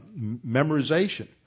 memorization